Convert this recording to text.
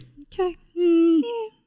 okay